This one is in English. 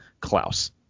Klaus